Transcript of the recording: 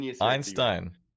Einstein